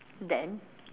then